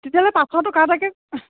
তেতিয়াহ'লে পাঁচশ টকা এটাকৈ